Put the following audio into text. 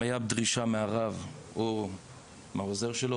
אם הייתה דרישה מהרב או מהעוזר שלו,